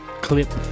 Clip